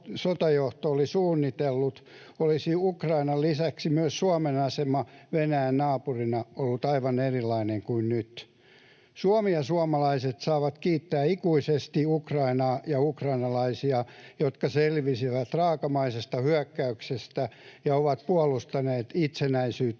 oli suunnitellut, olisi Ukrainan lisäksi myös Suomen asema Venäjän naapurina ollut aivan erilainen kuin nyt. Suomi ja suomalaiset saavat kiittää ikuisesti Ukrainaa ja ukrainalaisia, jotka selvisivät raakalaismaisesta hyökkäyksestä ja ovat puolustaneet itsenäisyyttään